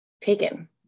taken